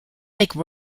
like